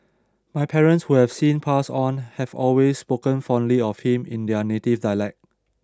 my parents who have since passed on have always spoken fondly of him in their native dialect